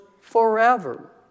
forever